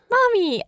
Mommy